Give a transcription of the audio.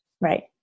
Right